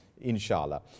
inshallah